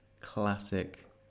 classic